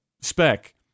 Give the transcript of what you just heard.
spec